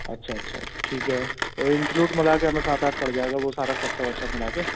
अच्छा अच्छा ठीक है तो इन्क्लूड मिलाके हमें सात आठ पड़ जाएगा वो सारा खर्चा वर्चा मिलाके